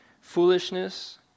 foolishness